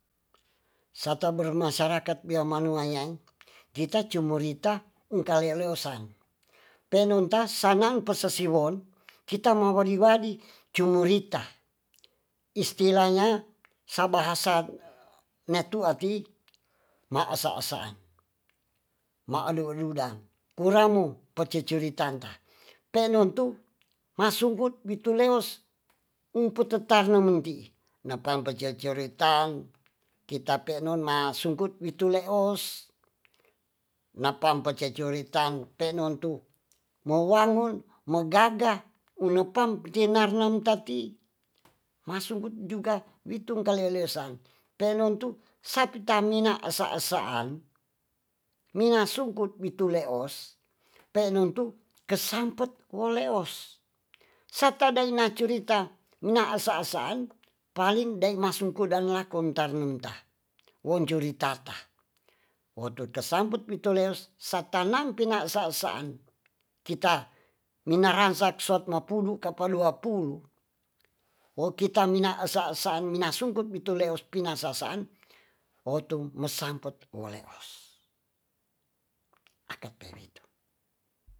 Sata bermasarakat bio manu ayai gita cumurita eng kaleo leosan penon ta sanang pe se siwon kita ma wadi wadi cumurita istilanya sa bahasa natu ati ma asa asaan ma adu adudang puramu peciciritaan ta penon tu masugut bituleos ung petetanem mentii napang pa ceceritang kita penon ma sungkut wi tuleos napam pa cecurita um penon tu mo wangon mo gaga u nopang pe tinarnem tati ma sugut juga witung kaleo leo sang penon tu sapi ta mina asa asa an minga sungkut mituleos penon tu kesampet kuleos sata dai na curita minasa asaan paling dei ma sungkut dang lakom tarnem ta wong curita ta wo tu kesampet wi tuleos sa tanam pina asa asaan kita minarasat soap mapudu kapa dua pulu wo kita minaasa asaan mina sungkut mi tuleos pina asa asaan o tum mesampet wo leos aka pewetu